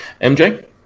MJ